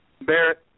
Barrett